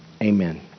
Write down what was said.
Amen